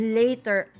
later